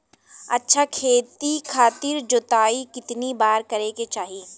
अच्छा खेती खातिर जोताई कितना बार करे के चाही?